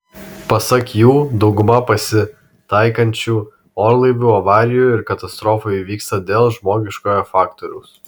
pasak jų dauguma pasitaikančių orlaivių avarijų ir katastrofų įvyksta dėl žmogiškojo faktoriaus